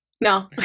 No